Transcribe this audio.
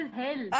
hell